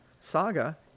Saga